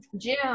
June